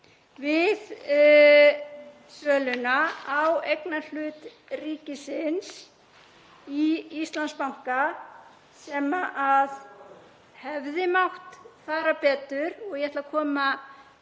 við söluna á eignarhlut ríkisins í Íslandsbanka sem hefði mátt fara betur og ég ætla að koma